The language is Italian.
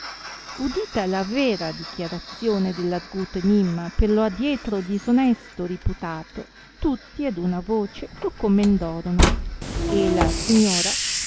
udita la vera dichiarazione dell arguto enimma per lo adietro disonesto riputato tutti ad una voce lo commendorono e la signora